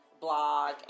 blog